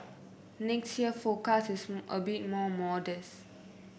next year's forecast is a bit more modest